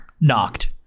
knocked